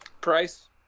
Price